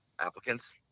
applicants